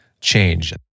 change